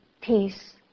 peace